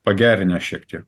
pagerinę šiek tiek